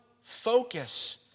focus